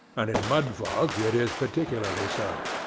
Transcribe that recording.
and in mudfog it is particularly so.